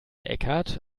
eckhart